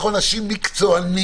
אנחנו אנשים מקצוענים,